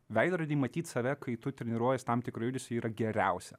veidrody matyt save kai tu treniruojies tam tikrą judesį yra geriausia